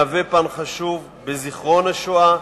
הוא פן חשוב בזיכרון השואה,